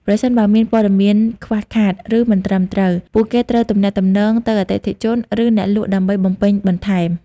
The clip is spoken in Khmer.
ប្រសិនបើមានព័ត៌មានខ្វះខាត ឬមិនត្រឹមត្រូវ ពួកគេត្រូវទំនាក់ទំនងទៅអតិថិជន ឬអ្នកលក់ដើម្បីបំពេញបន្ថែម។